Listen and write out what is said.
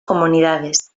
comunidades